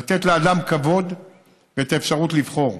לתת לאדם כבוד ואפשרות לבחור,